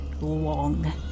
long